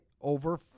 over